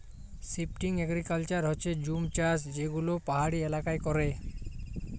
shifting agriculture হচ্যে জুম চাষ যে গুলা পাহাড়ি এলাকায় ক্যরে